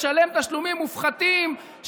לשלם תשלומים מופחתים,